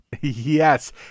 Yes